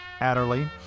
Adderley